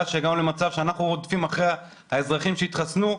שהגענו למצב שאנחנו רודפים אחרי האזרחים שיתחסנו,